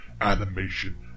animation